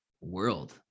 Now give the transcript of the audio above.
world